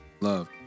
love